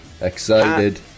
Excited